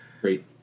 Great